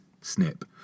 snip